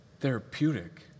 therapeutic